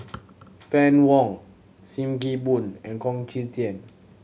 Fann Wong Sim Kee Boon and Chong Tze Chien